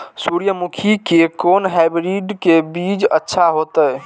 सूर्यमुखी के कोन हाइब्रिड के बीज अच्छा होते?